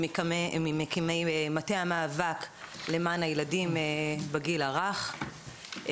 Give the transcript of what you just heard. ממקימי מטה המאבק למען הילדים בגיל הרך.